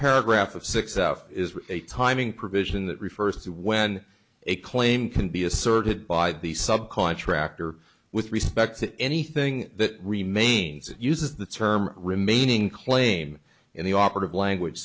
paragraph of six is a timing provision that refers to when a claim can be asserted by the sub contractor with respect to anything that remains and uses the term remaining claim in the operative language